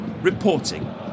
Reporting